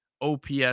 OPS